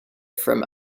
from